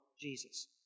Jesus